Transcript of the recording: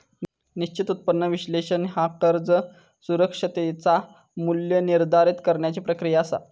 निश्चित उत्पन्न विश्लेषण ह्या कर्ज सुरक्षिततेचा मू्ल्य निर्धारित करण्याची प्रक्रिया असा